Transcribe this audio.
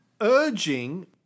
urging